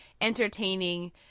entertaining